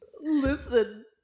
Listen